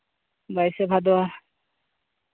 ᱵᱟᱭᱤᱥᱮ ᱵᱷᱟᱫᱚᱨ